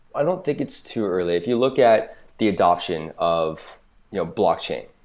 i don't think it's too early. if you look at the adoption of you know of blockchain,